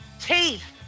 Teeth